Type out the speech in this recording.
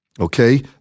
Okay